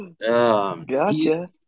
Gotcha